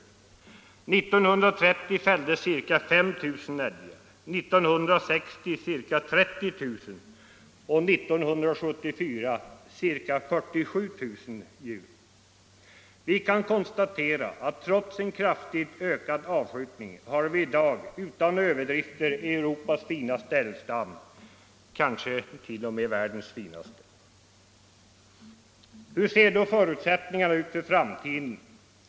1930 fälldes ca 5 000 älgar, 1960 ca 30 000 och 1974 ca 47 000. Vi kan konstatera att trots en kraftigt ökad avskjutning har vi i dag utan överdrifter Europas finaste älgstam, kanske t.o.m. världens finaste. Hur ser då förutsättningarna ut för framtiden?